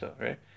right